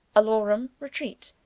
alarum, retreat,